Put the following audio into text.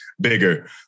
bigger